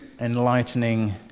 Enlightening